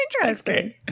interesting